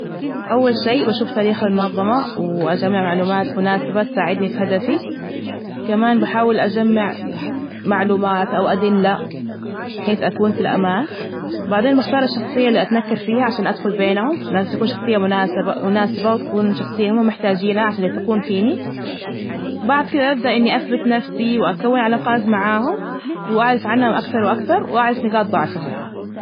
أول شي بشوف تاريخ المنظمة وأجمع معلومات مناسبة تساعدني في هدفي، كمان بحاول أجمع معلومات أو أدلة بحيث أكون في الأمان بعدين بختار الشخصية اللي أتنكر فيها عشان أدخل بينهم، لازم تكون شخصية مناسبة- مناسبة وتكون شخصية هم محتاجينها عشان يثقون فيني. بعد كذا ابدأ اني اثبت نفسي واكون علاقات معاهم واعرف عنها اكثر واكثر. واعرف نقاط ضعفهم.